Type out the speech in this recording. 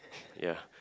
ya